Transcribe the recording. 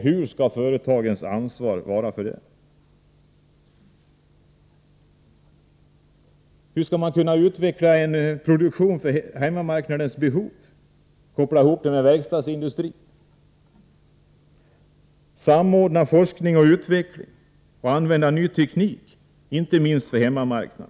Hur skall företagens ansvar vara för detta? Hur skall man kunna utveckla en produktion för hemmamarknadens behov och koppla ihop produktionen med verkstadsindustrin? Man måste samordna forskning och utveckling och använda ny teknik inte minst för hemmamarknaden.